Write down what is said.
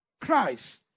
Christ